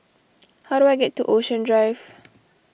how do I get to Ocean Drive